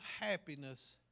happiness